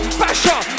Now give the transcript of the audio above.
basher